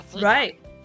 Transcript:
Right